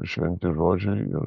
šventi žodžiai ir